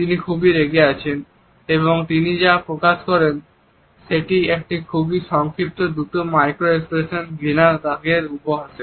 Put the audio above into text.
তিনি খুবই রেগে আছেন এবং তিনি যা প্রকাশ করেন সেটি একটি খুবই সংক্ষিপ্ত দ্রুত মাইক্রোএক্সপ্রেশন ঘৃণার রাগের উপহাসের